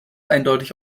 eindeutig